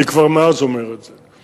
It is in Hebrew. אני כבר מאז אומר את זה.